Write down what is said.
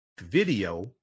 video